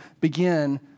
begin